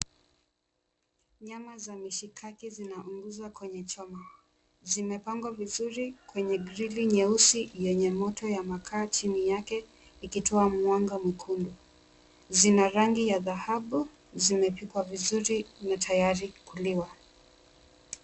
Nyama za mishikaki zinaunguzwa kwenye choma. Zimepangwa vizuri kwenye grili nyeusi yenye moto ya makaa chini yake ikitoa mwanga mwekundu. Zina rangi ya dhahabu, zimepikwa vizuri na tayari kuliwa.